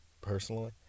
personally